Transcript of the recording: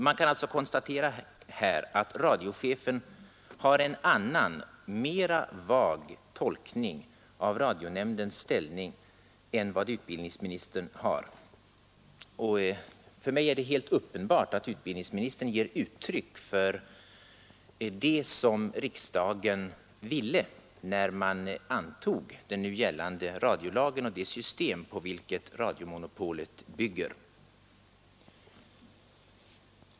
Man kan alltså konstatera att radiochefen härvidlag har en annan, mer vag, tolkning av radionämndens ställning än utbildningsministern, För mig är det uppenbart att utbildningsministern ger uttryck för det som riksdagen avsåg när den antog den nu gällande radiolagen och därmed det system på vilket radiomonopolet bygger.